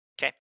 Okay